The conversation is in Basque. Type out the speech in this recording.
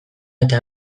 eta